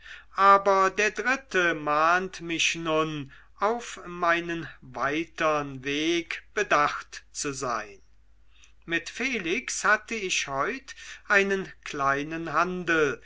aber der dritte mahnt mich nun auf meinen weitern weg bedacht zu sein mit felix hatte ich heut einen kleinen handel